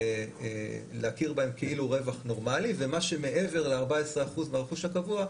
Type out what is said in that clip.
להכיר בהם כאילו רווח נורמלי ומה שמעבר ל-14% ברכוש הקבוע,